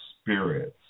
spirits